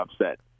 upset